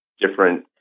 different